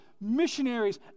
Missionaries